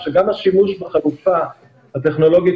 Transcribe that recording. הנחת יסוד שאומרת שאין חלופות לשימוש לכלי של